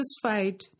satisfied